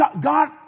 God